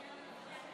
להלן